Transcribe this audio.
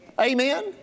Amen